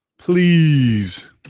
Please